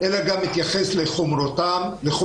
אלא גם מתייחס לחומרתם.